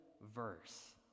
verse